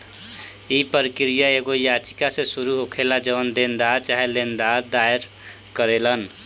इ प्रक्रिया एगो याचिका से शुरू होखेला जवन देनदार चाहे लेनदार दायर करेलन